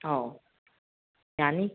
ꯑꯧ ꯌꯥꯅꯤ